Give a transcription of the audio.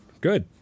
Good